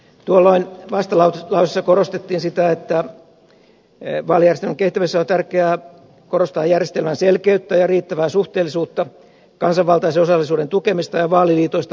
tuolloin vastalauseissa korostettiin sitä että vaalijärjestelmän kehittämisessä on tärkeää korostaa järjestelmän selkeyttä ja riittävää suhteellisuutta kansanvaltaisen osallisuuden tukemista ja vaaliliitoista luopumista